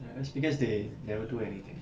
that's because they never do anything